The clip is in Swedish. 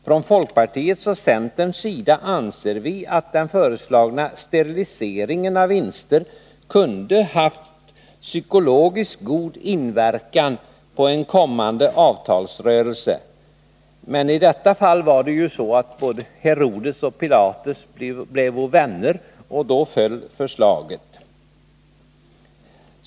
Från folkpartiets och centerns sida anser vi att den föreslagna steriliseringen av vinster kunde ha haft god psykologisk inverkan på en kommande avtalsrörelse. Men i detta fall var det ju så, att Herodes och Pilatus blev vänner, och därmed föll förslaget.